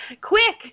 quick